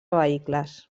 vehicles